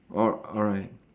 al~ alright